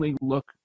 look